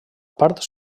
part